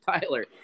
Tyler